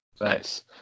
Nice